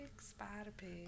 Spider-Pig